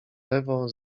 lewo